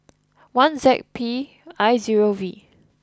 one Z P I zero V